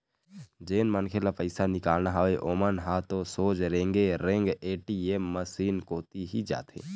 जेन मनखे ल पइसा निकालना हवय ओमन ह तो सोझ रेंगे रेंग ए.टी.एम मसीन कोती ही जाथे